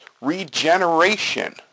regeneration